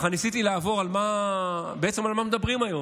ניסיתי לעבור בעצם על מה מדברים היום.